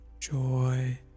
joy